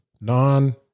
non-